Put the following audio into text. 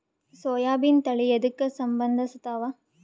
ಸೋಯಾಬಿನ ತಳಿ ಎದಕ ಸಂಭಂದಸತ್ತಾವ?